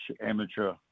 amateur